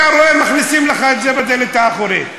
אתה רואה, מכניסים לך את זה בדלת האחורית.